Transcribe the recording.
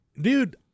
Dude